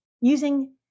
using